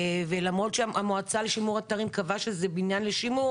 ולמרות שהמועצה לשימור אתרים קבעה שזה בניין לשימור